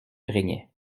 régnait